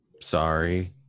Sorry